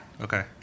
okay